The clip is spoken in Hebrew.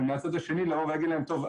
ומצד השני לבוא ולהגיד להם: טוב,